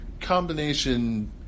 combination